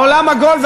העולם עגול,